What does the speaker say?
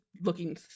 looking